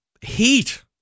heat